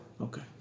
Okay